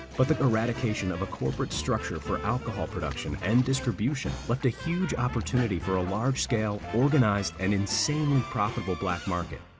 but the eradication of a corporate structure for alcohol production and distribution left a huge opportunity for a large-scale, organized, and insanely profitable black market.